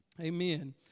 Amen